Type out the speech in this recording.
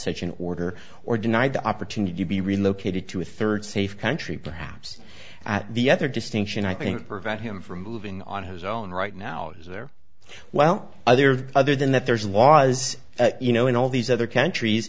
such an order or denied the opportunity to be relocated to a third safe country perhaps at the other distinction i think prevent him from moving on his own right now is there well other than other than that there's law as you know in all these other countries